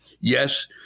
yes